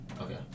Okay